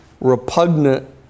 repugnant